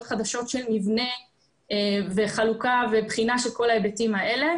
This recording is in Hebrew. חדשות של מבנה וחלוקה ובחינה של כל ההיבטים האלה.